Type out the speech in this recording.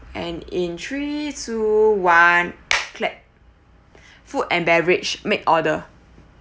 and in three two one clap food and beverage make order